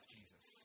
Jesus